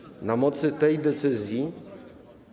Na mocy tej decyzji.